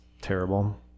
terrible